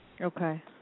Okay